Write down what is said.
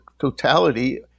totality